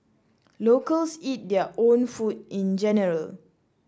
locals eat their own food in general